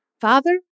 Father